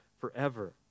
forever